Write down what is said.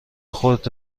خودتو